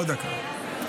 עוד דקה.